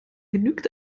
genügt